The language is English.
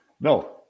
No